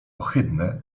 ohydne